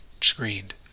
screened